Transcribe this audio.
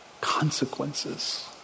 consequences